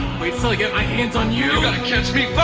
wail till i get my hands on you know